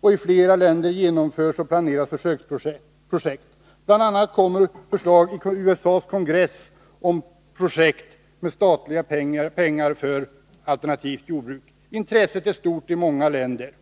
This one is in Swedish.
och i flera länder genomförs och planeras försöksprojekt. Bl. a. kommer förslag från USA:s kongress med krav på projekt med statliga pengar för alternativt jordbruk. Intresset är stort i många länder.